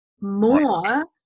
more